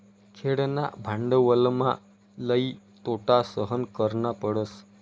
खेळणा भांडवलमा लई तोटा सहन करना पडस